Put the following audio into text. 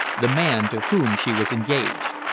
the man to whom she was engaged.